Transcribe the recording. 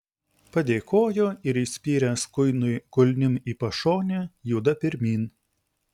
padėkojo ir įspyręs kuinui kulnim į pašonę juda pirmyn